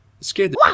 Scared